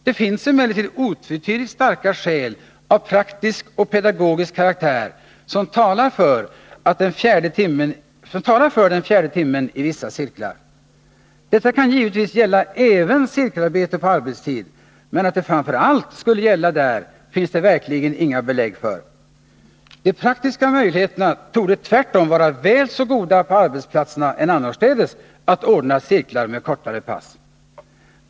Det finns emellertid otvetydigt starka skäl av praktisk och pedagogisk karaktär, som talar för den fjärde timmen i vissa cirklar. Detta kan givetvis gälla även cirkelarbete på arbetstid, men att det framför allt skulle gälla där finns det verkligen inga belägg för. De praktiska möjligheterna torde tvärtom vara väl så goda på arbetsplatserna som annorstädes att ordna cirklar med kortare pass.